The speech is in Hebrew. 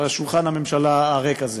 בשולחן הממשלה הריק הזה,